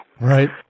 Right